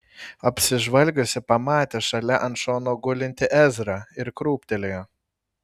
apsižvalgiusi pamatė šalia ant šono gulintį ezrą ir krūptelėjo